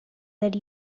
that